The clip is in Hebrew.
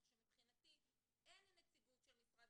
כך שמבחינתי אין לי נציגות של משרד